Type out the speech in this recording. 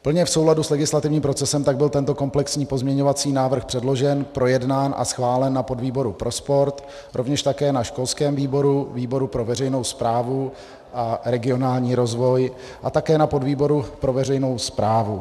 Plně v souladu s legislativním procesem tak byl tento komplexní pozměňovací návrh předložen, projednán a schválen na podvýboru pro sport, rovněž také na školském výboru, výboru pro veřejnou správu a regionální rozvoj a také na výboru pro veřejnou správu.